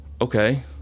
okay